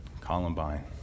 Columbine